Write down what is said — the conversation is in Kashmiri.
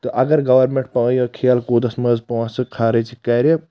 تہٕ اگر گورنٛمیٚنٹ پایہِ کھیل کودس منٛز یونٛسہٕ خرٕچ کرِ